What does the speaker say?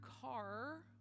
car